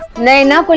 naina